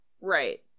Right